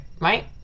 right